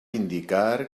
indicar